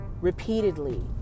repeatedly